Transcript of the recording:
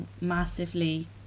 massively